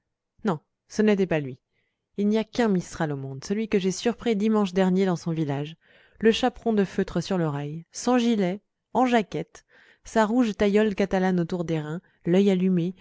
non ce n'était pas lui il n'y a qu'un mistral au monde celui que j'ai surpris dimanche dernier dans son village le chaperon de feutre sur l'oreille sans gilet en jaquette sa rouge taillole catalane autour des reins l'œil allumé